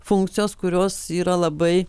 funkcijos kurios yra labai